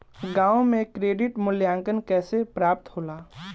गांवों में क्रेडिट मूल्यांकन कैसे प्राप्त होला?